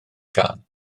gân